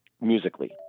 musically